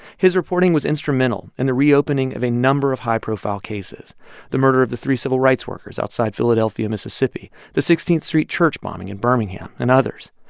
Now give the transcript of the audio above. his reporting was instrumental in the reopening of a number of high-profile cases the murder of the three civil rights workers outside philadelphia, miss, the sixteenth street church bombing in birmingham and others.